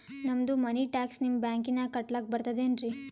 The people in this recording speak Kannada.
ನಮ್ದು ಮನಿ ಟ್ಯಾಕ್ಸ ನಿಮ್ಮ ಬ್ಯಾಂಕಿನಾಗ ಕಟ್ಲಾಕ ಬರ್ತದೇನ್ರಿ?